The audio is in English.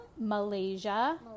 Malaysia